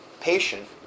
patient